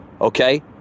Okay